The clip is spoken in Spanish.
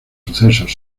sucesos